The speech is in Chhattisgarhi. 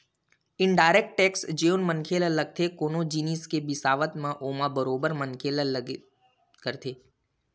इनडायरेक्ट टेक्स जउन मनखे ल लगथे कोनो जिनिस के बिसावत म ओमा बरोबर मनखे ल लगबे करथे